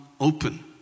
open